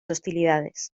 hostilidades